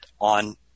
on